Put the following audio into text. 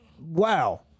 Wow